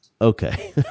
Okay